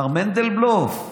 מר מנדלבלוף?